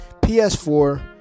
PS4